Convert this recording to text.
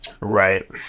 Right